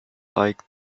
like